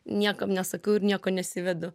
niekam nesakiau ir nieko nesivedu